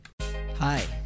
Hi